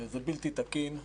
זה בלתי תקין,